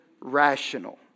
rational